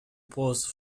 pose